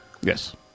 Yes